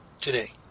today